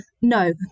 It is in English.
No